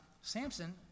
Samson